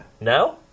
No